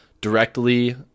directly